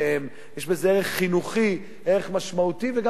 יש בזה ערך חינוכי, ערך משמעותי, וגם כיף גדול.